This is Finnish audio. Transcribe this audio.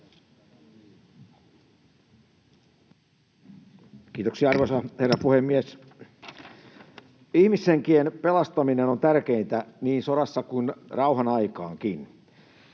Kiitoksia, arvoisa herra puhemies! Ihmishenkien pelastaminen on tärkeintä niin sodassa kuin rauhan aikaankin.